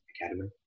Academy